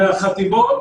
מהחטיבות,